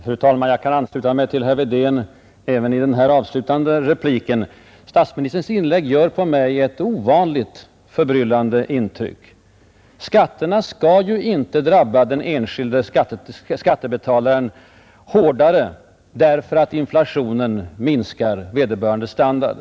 Fru talman! Jag kan ansluta mig till herr Wedén även i denna avslutande replik. Statsministerns inlägg gör på mig ett ovanligt förbryllande intryck. Skatterna skall ju inte drabba den enskilde skattebetalaren hårdare blott därför att inflationen sänker vederbörandes standard.